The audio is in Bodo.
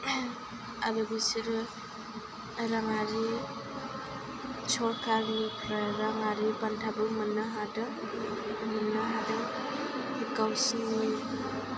आरो बिसोरो राङारि सरखारनिफ्राय राङारि बान्थाबो मोननो हादों मोननो हादों गावसिनि